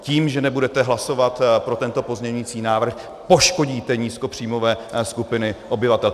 Tím, že nebudete hlasovat pro tento pozměňující návrh, poškodíte nízkopříjmové skupiny obyvatel.